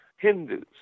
Hindus